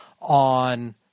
on